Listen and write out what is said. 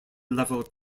level